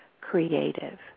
creative